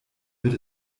wird